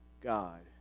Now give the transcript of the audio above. God